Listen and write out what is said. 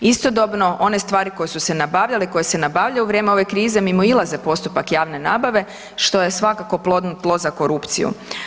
Istodobno one stvari koje su se nabavljale i koje se nabavljaju u vrijeme ove krize mimoilaze postupak javne nabave što je svakako plodno tlo za korupciju.